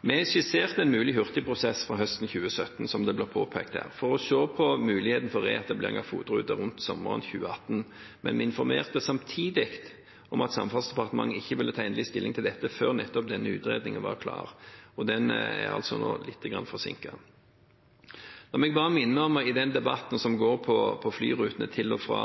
Vi skisserte en mulig hurtigprosess fra høsten 2017, som det blir påpekt her, for å se på muligheten for reetablering av FOT-ruter rundt sommeren 2018, men vi informerte samtidig om at Samferdselsdepartementet ikke ville ta endelig stilling til dette før nettopp denne utredningen var klar, og den er altså nå litt forsinket. La meg bare i den debatten som går på flyrutene til og fra